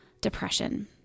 depression